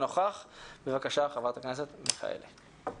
חברת הכנסת מיכאלי, בבקשה.